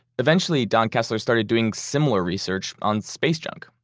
eventually, don kessler started doing similar research on space junk,